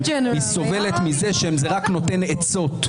שזה רק נותן עצות,